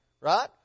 right